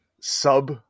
sub